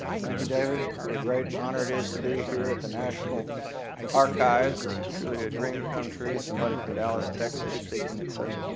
thank you david what a great honor it is to be here at the national archives. this is truly a dream come true. somebody from dallas texas speaking at such an